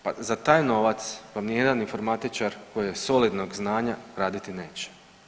Pa za taj novac vam nijedan informatičar koji je solidnog znanja raditi neće.